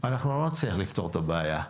אנחנו לא נצליח לפתור את הבעיה.